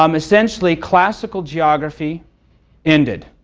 um essentially classical geography ended.